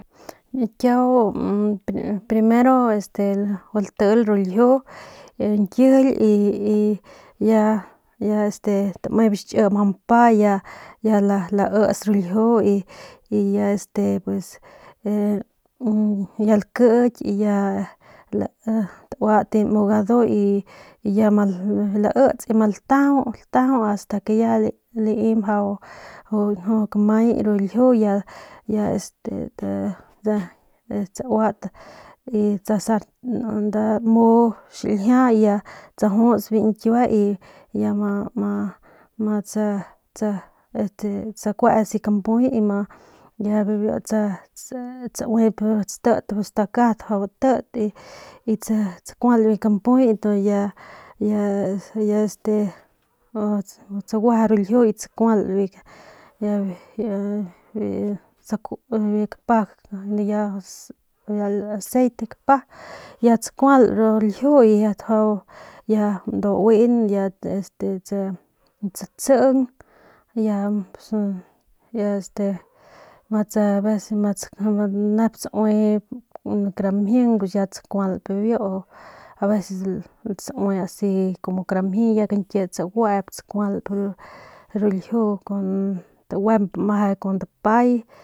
Kiau primero este gua ltil ru ljiu ñkijily ya y este ya tame biu xchi mjau mpa ya laits ru ljiu y y ya este ya lakiky ya tauat biu mu gadu y laits y latajau latajau y asta ke ya lai mjau kamay ru ljiu ya este ya sauat nda mu xiljia ya tsajuts biu ñkie y ya ma ma ya ma tsa tsa tsa tsakuets biu kampuy ya biu ma tsauip ru stakat mjau batit y tsakual biu kampuy y ya este ma tsagueje biu ljiu y tsakual biu kapa ya aceite kapa ya tsakual ru ljiu ya ndua uing ya este tsitsiing ya este ma tsaui kun kara mjing ya tsakualp bibiu aveces tsaui asi como kara mjie ya kañkiep tsaguep tsakualp ru ljiu taguemp kun dapay.